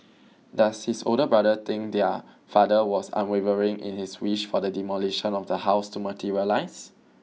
does his older brother think their father was unwavering in his wish for the demolition of the house to materialise